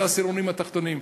העשירונים התחתונים.